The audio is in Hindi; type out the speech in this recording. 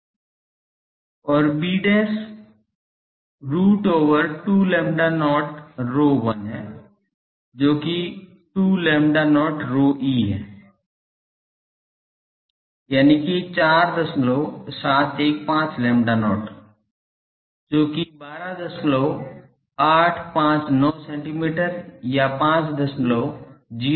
और b root over 2 lambda not ρ1 है जो कि 2 lambda not ρe है यानिकि 4715 lambda not जो कि 12859 सेंटीमीटर या 5063 इंच है